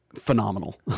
phenomenal